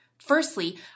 Firstly